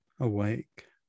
Awake